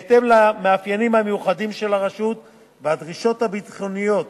בהתאם למאפיינים המיוחדים של הרשות והדרישות הביטחוניות